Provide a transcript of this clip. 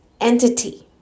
entity